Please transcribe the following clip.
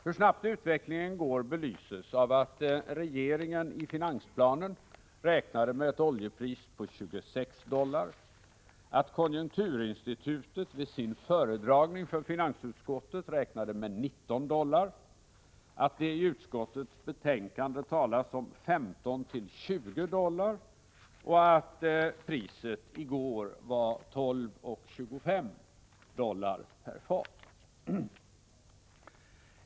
Hur snabbt utvecklingen går belyses av att regeringen i finansplanen räknade med ett oljepris på 26 dollar, att konjunkturinstitutet vid sin föredragning för finansutskottet räknade med 19 dollar, att det i utskottets betänkande talas om 15-20 dollar och att priset i går var 12,25 dollar per fat.